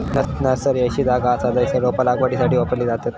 nursery अशी जागा असा जयसर रोपा लागवडीसाठी वापरली जातत